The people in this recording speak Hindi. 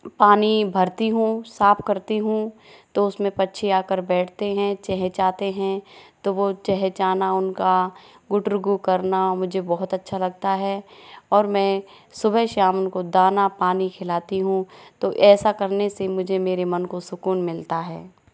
पानी भरती हूँ साफ करती हूँ तो उसमें पक्षी आकर बैठते हैं चहचहाते हैं तो वो चहचहाना उनका गुटर गूं करना मुझे बहुत अच्छा लगता है और मैं सुबह शाम उनको दाना पानी खिलाती हूँ तो ऐसा करने से मुझे मेरे मन को सुकून मिलता है